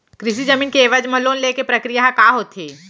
कृषि जमीन के एवज म लोन ले के प्रक्रिया ह का होथे?